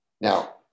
Now